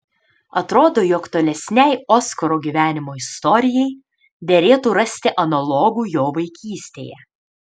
atrodo jog tolesnei oskaro gyvenimo istorijai derėtų rasti analogų jo vaikystėje